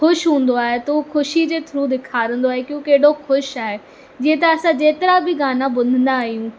ख़ुशि हूंदो आहे त हू ख़ुशी जे थ्रू ॾेखारंदो आहे की हो केॾो ख़ुशि आहे जीअं त असां जेतिरा बि गाना ॿुधंदा आहियूं